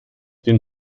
den